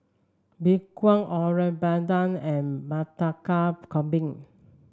Mee Kuah Rojak Bandung and Murtabak Kambing